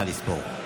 נא לספור.